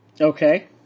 Okay